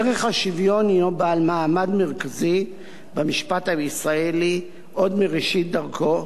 ערך השוויון הוא בעל מעמד מרכזי במשפט הישראלי עוד מראשית דרכו.